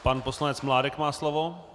Pan poslanec Mládek má slovo.